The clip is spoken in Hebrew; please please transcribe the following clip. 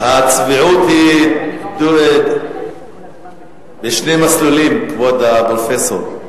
הצביעות היא בשני מסלולים, כבוד הפרופסור.